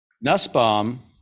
Nussbaum